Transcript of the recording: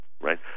right